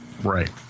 Right